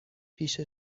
پیش